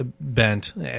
bent